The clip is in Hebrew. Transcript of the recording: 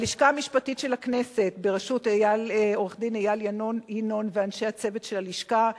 ללשכה המשפטית של הכנסת בראשות עורך-דין איל ינון ואנשי הצוות של הלשכה,